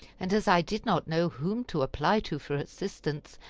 and as i did not know whom to apply to for assistance,